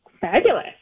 Fabulous